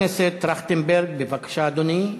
חבר הכנסת טרכטנברג, בבקשה, אדוני.